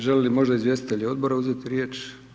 Žele li možda izvjestitelji odbora uzeti riječ?